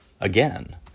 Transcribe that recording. again